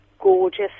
gorgeous